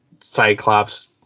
cyclops